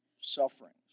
sufferings